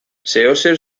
zeozer